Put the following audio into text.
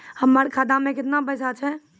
हमर खाता मैं केतना पैसा छह?